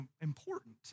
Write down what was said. important